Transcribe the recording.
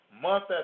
month